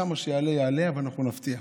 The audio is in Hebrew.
יעלה כמה שיעלה, אבל אנחנו נפתיע.